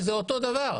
זה אותו דבר.